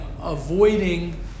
avoiding